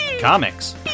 comics